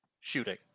shooting